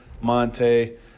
Monte